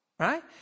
Right